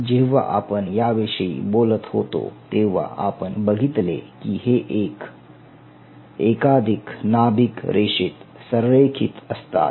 जेव्हा आपण याविषयी बोलत होतो तेव्हा आपण बघितले कि हे एकाधिक नाभिक रेषेत संरेखित असतात